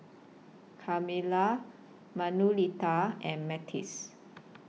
Carmella Manuelita and Matthias